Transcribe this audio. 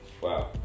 Wow